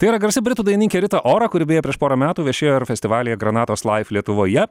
tai yra garsi britų dainininkė ritą orą kuri beje prieš porą metų viešėjo ir festivalyje granatos live lietuvoje